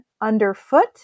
underfoot